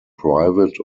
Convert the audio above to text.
private